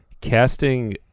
casting